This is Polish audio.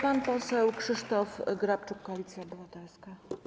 Pan poseł Krzysztof Grabczuk, Koalicja Obywatelska.